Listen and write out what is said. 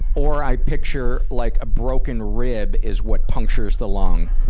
or i picture, like a broken rib is what punctures the lung.